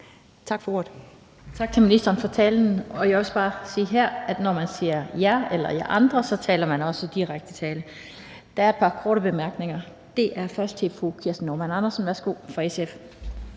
Lind): Tak til ministeren for talen. Jeg vil også bare sige her, at når man siger »jer« eller »jer andre«, bruger man også direkte tiltale. Der er et par korte bemærkninger. Det er først fru Kirsten Normann Andersen fra SF.